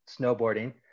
snowboarding